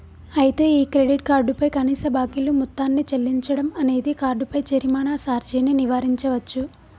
అయితే ఈ credit card పై కనీస బాకీలు మొత్తాన్ని చెల్లించడం అనేది కార్డుపై జరిమానా సార్జీని నివారించవచ్చు